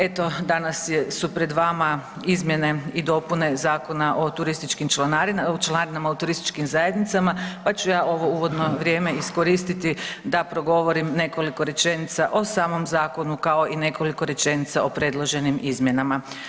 Eto danas su pred vama izmjene i dopune Zakona o članarinama u turističkim zajednicama pa ću ja ovo uvodno vrijeme iskoristiti da progovorim nekoliko rečenica o samom zakonu kao i nekoliko rečenica o predloženim izmjenama.